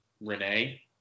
Renee